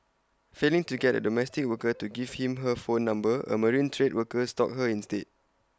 failing to get A domestic worker to give him her phone number A marine trade worker stalked her instead